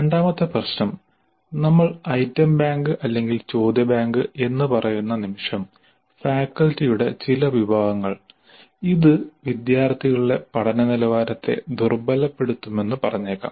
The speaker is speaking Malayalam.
രണ്ടാമത്തെ പ്രശ്നം നമ്മൾ ഐറ്റം ബാങ്ക് അല്ലെങ്കിൽ ചോദ്യ ബാങ്ക് എന്ന് പറയുന്ന നിമിഷം ഫാക്കൽറ്റിയുടെ ചില വിഭാഗങ്ങൾ ഇത് വിദ്യാർത്ഥികളുടെ പഠന നിലവാരത്തെ ദുർബലപ്പെടുത്തുമെന്ന് പറഞ്ഞേക്കാം